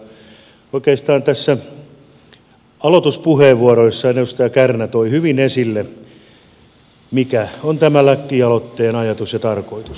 oikeastaan tässä aloituspuheenvuorossa edustaja kärnä toi hyvin esille mikä on tämän lakialoitteen ajatus ja tarkoitus